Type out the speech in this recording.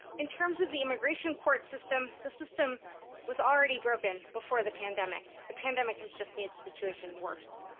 in terms of the immigration court system, the system was already broken before the pandemic. the pandemic has just made the situation worse.